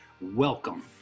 Welcome